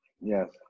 yes